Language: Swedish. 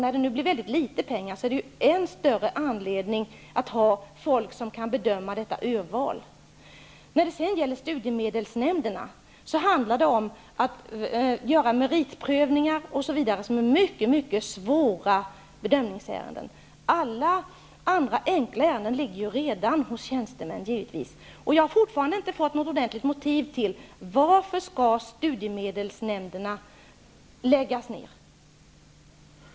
När det nu kommer att finnas litet pengar är det än större anledning att det finns folk som kan göra denna bedömning och detta urval. Vidare har vi studiemedelsnämnderna. Där är det fråga om meritprövningar e.d., som är mycket svåra bedömningsärenden. Alla enkla ärenden ligger givetvis redan hos tjänstemännen. Jag har fortfarande inte fått något ordentligt motiv till varför studiemedelsnämnderna skall läggas ned.